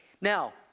Now